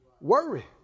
Worry